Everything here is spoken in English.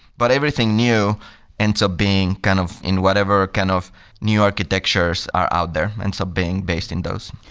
but everything new ends up being kind of in whatever kind of new architectures are out there, and so being based in those.